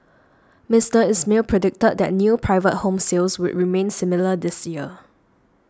Mister Ismail predicted that new private home sales would remain similar this year